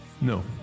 No